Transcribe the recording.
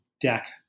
deck